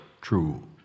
true